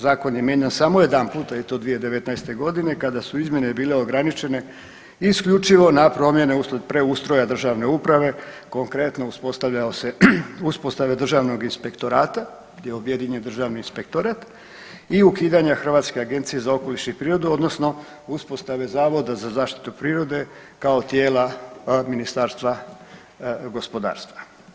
Zakon je mijenjan samo jedan puta i to 2019. godine kada su izmjene bile ograničene isključivo na promjene uslijed preustroja državne uprave, konkretno uspostavljao se, uspostave Državnog inspektorata gdje je objedinjen Državni inspektorat i ukidanje Hrvatske agencije za okoliš i prirodu, odnosno uspostave Zavoda za zaštitu prirode kao tijela Ministarstva gospodarstva.